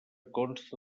consta